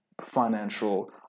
financial